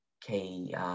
key